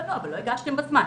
לא הגשתם בזמן.